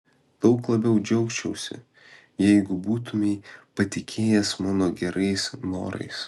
daug labiau džiaugčiausi jeigu būtumei patikėjęs mano gerais norais